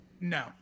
No